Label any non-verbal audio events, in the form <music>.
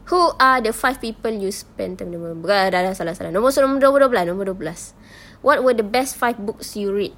who are the five people you spend the <noise> bukan ah sudah sudah salah salah nombor dua belas nombor dua belas what were the best five books you read